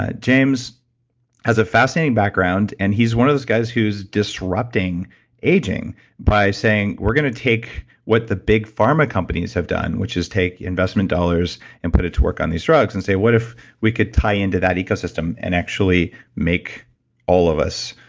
ah james has a fascinating background, and he's one of those guys who's disrupting aging by saying, we're gonna take what the big pharma companies have done, which is take investment dollars and put it to work on these drugs, and say, what if we could tie into that ecosystem and actually make all of us,